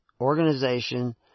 organization